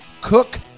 cook